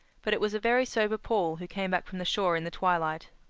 but it was a very sober paul who came back from the shore in the twilight.